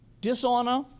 dishonor